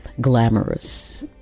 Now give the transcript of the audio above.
glamorous